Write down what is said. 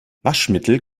waschmittel